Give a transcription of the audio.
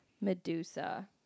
Medusa